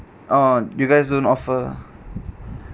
oh you guys don't offer